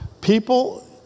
People